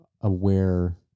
aware